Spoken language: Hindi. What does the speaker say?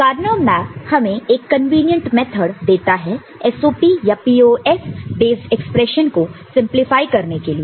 तो कार्नो मैप हमें एक कन्वीनियंट मैथड देता है SOP या POS बेस्ड एक्सप्रेशन को सिंपलीफाई करने के लिए